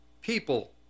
people